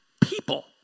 people